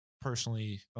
personally